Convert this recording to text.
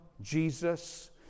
Jesus